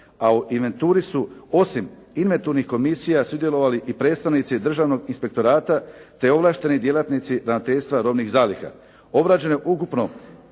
A u inventuri su osim inventurnih komisija sudjelovali i predstavnici državnog inspektorata te ovlašteni djelatnici ravnateljstva robnih zaliha. Obrađeno je ukupno